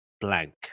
blank